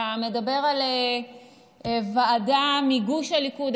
אתה מדבר על ועדה מגוש הליכוד.